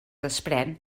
desprén